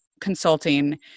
consulting